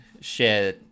share